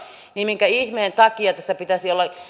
niin minkä ihmeen takia tässä pitäisi olla